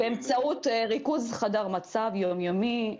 באמצעות ריכוז חדר מצב יום-יומי,